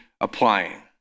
applying